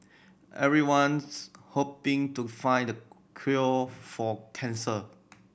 everyone's hoping to find the cure for cancer